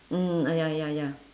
mm ah ya ya ya